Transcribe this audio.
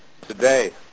today